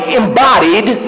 embodied